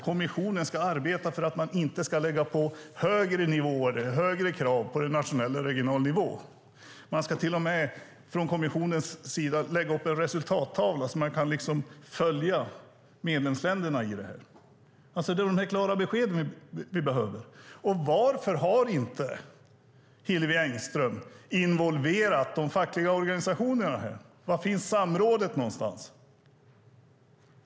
Kommissionen ska arbeta för att man inte ska lägga högre krav på nationell och regional nivå. Kommissionen ska till och med lägga upp en resultattavla så att man kan följa medlemsländerna i detta. Vi behöver klara besked. Varför har inte Hillevi Engström involverat de fackliga organisationerna? Var finns samrådet?